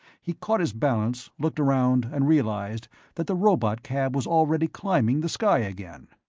he caught his balance, looked around, and realized that the robotcab was already climbing the sky again.